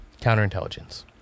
counterintelligence